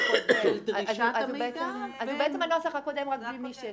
אז בעצם הנוסח הקודם רק בלי מי שהשיג.